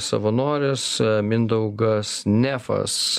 savanoris mindaugas nefas